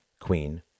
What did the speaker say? queen